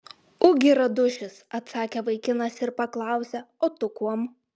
ugi radušis atsakė vaikinas ir paklausė o tu kuom